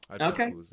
Okay